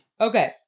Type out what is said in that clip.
Okay